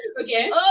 Okay